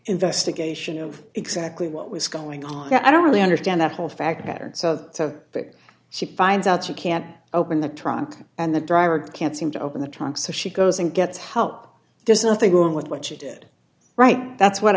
investigation of exactly what was going on that i don't really understand that whole fact pattern so that she finds out you can't open the trunk and the driver can't seem to open the trunk so she goes and gets help there's nothing wrong with what she did right that's what